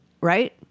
right